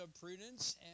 prudence